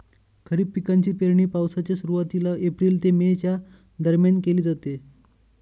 खरीप पिकांची पेरणी पावसाच्या सुरुवातीला एप्रिल ते मे च्या दरम्यान केली जाते